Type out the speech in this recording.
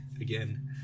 again